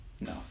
No